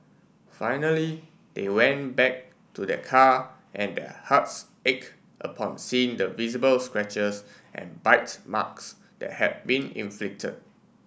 finally they went back to their car and their hearts ache upon seeing the visible scratches and bites marks that had been inflicted